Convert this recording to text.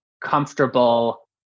comfortable